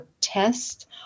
test